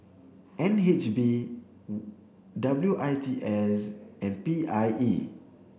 N H B W I T S and P I E